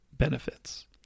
benefits